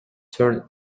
turn